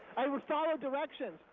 i would follow directions.